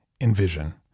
envision